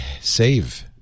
save